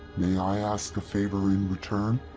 may i ask a favor in return.